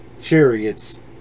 chariots